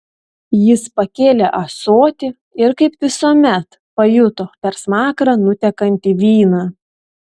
jis pakėlė ąsotį ir kaip visuomet pajuto per smakrą nutekantį vyną